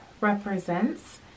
represents